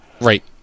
Right